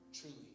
truly